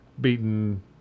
beaten